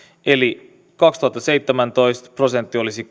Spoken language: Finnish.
eli kaksituhattaseitsemäntoista prosentti olisi